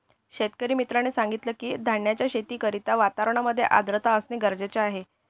शेतकरी मित्राने सांगितलं की, धान्याच्या शेती करिता वातावरणामध्ये आर्द्रता असणे गरजेचे आहे